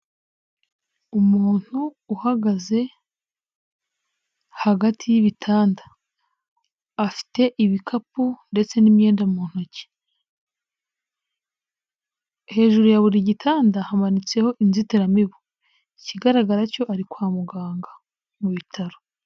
Umuntu uhagaze hagati y'ibitanda, afite ibikapu ndetse n'imyenda mu ntoki, hejuru buri gitanda hamanitseho inzitiramibu, ikigaragara cyo ari kwa muganga mu bitaro.